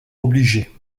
obligé